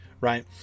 right